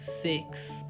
six